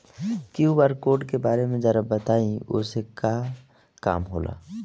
QR code के बारे में जरा बताई वो से का काम होला?